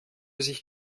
sich